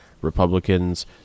Republicans